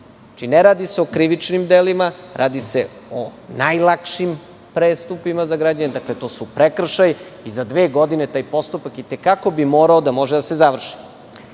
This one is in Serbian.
Znači, ne radi se o krivičnim delima, radi se o najlakšim prestupima za građane, dakle, to su prekršaji i za dve godine taj postupak i te kako bi morao da može da se završi.S